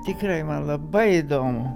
tikrai man labai įdomu